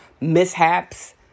mishaps